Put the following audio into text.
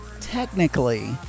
technically